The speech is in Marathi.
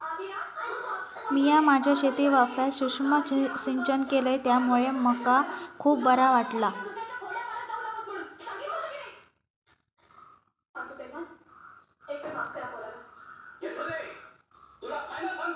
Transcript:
मिया माझ्या शेतीवाफ्यात सुक्ष्म सिंचन केलय त्यामुळे मका खुप बरा वाटला